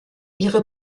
ihre